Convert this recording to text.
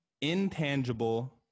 Intangible